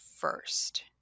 first